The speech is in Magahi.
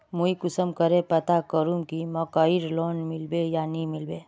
मुई कुंसम करे पता करूम की मकईर लोन मिलबे या नी मिलबे?